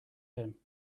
him